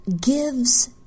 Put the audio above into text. gives